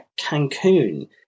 Cancun